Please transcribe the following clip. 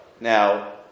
Now